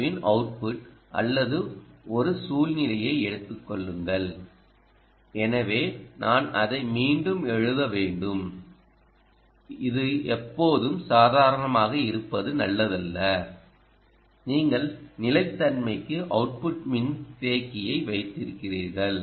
ஓவின் அவுட்புட் அல்லது ஒரு சூழ்நிலையை எடுத்துக் கொள்ளுங்கள் எனவே நான் இதை மீண்டும் எழுத வேண்டும் இது எப்போதும் சாதாரணமாக இருப்பது நல்லதல்ல நீங்கள் நிலைத்தன்மைக்கு அவுட்புட் மின்தேக்கியை வைத்திருக்கிறீர்கள்